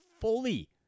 fully